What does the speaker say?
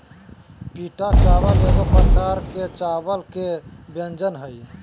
पीटा चावल एगो प्रकार के चावल के व्यंजन हइ